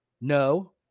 No